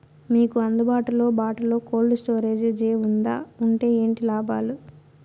మీకు అందుబాటులో బాటులో కోల్డ్ స్టోరేజ్ జే వుందా వుంటే ఏంటి లాభాలు?